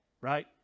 right